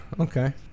okay